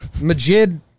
Majid